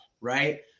right